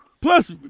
Plus